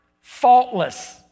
faultless